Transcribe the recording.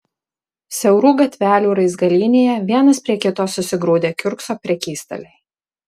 siaurų gatvelių raizgalynėje vienas prie kito susigrūdę kiurkso prekystaliai